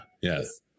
Yes